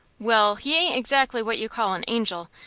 well, he ain't exactly what you call an angel,